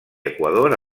equador